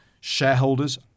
shareholders